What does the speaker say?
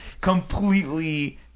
completely